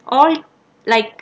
or like